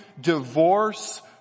divorce